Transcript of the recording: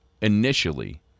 initially